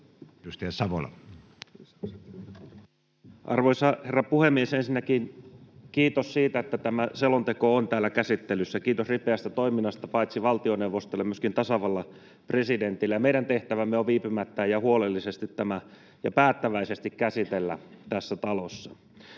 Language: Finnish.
Arvoisa herra puhemies! Ensinnäkin kiitos siitä, että tämä selonteko on täällä käsittelyssä. Kiitos ripeästä toiminnasta paitsi valtioneuvostolle myöskin tasavallan presidentille. Meidän tehtävämme on viipymättä, huolellisesti ja päättäväisesti tämä käsitellä tässä talossa.